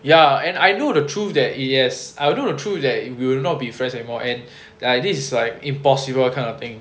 ya and I know the truth that yes I know the truth that we will not be friends anymore and this is like impossible that kind of thing